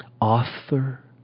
author